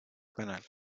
canal